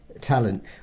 talent